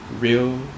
real